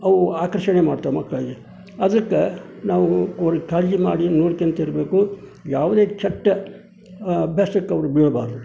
ಅವು ಆಕರ್ಷಣೆ ಮಾಡ್ತಾವೆ ಮಕ್ಕಳಿಗೆ ಅದಕ್ಕೆ ನಾವು ಅವ್ರಿಗೆ ಕಾಳಜಿ ಮಾಡಿ ನೋಡ್ಕೋತಿರ್ಬೇಕು ಯಾವುದೇ ಕೆಟ್ಟ ಅಭ್ಯಾಸಕ್ಕವರು ಬೀಳಬಾರ್ದು